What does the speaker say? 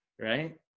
right